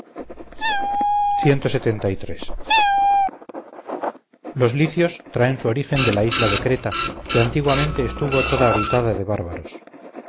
a los dioses extraños los licios traen su origen de la isla de creta que antiguamente estuvo toda habitada de bárbaros